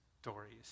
stories